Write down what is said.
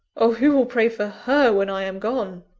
oh! who will pray for her when i am gone?